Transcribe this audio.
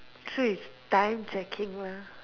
so is time checking lah